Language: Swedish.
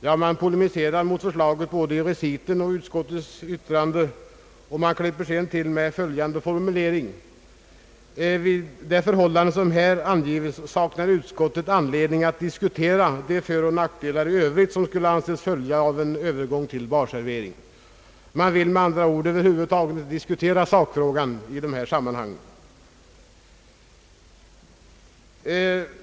Ja, man polemiserar mot förslaget både i reciten och i utskottets yttrande, och man klipper sedan till med följande formulering: » Vid det förhållande som här angivits saknar utskottet anledning att diskutera de föroch nackdelar i övrigt som skulle kunna anses följa av en övergång till barservering.» Man vill med andra ord över huvud taget inte diskutera sakfrågan i dess sammanhang.